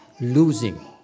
losing